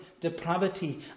depravity